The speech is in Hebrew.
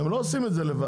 הם לא עושים את זה לבד,